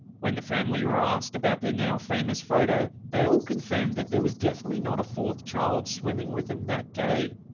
when the family were asked about their now famous photo, they all confirmed that there was definitely not a fourth child swimming with them that day.